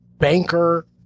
Banker